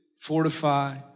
fortify